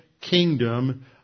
kingdom